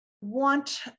want